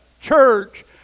Church